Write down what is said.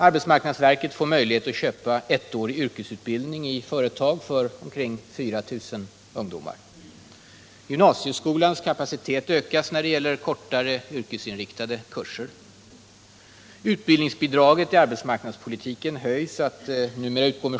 Arbetsmarknadsverket fick möjlighet att köpa ettårig yrkesutbildning i företag för omkring 4000 ungdomar.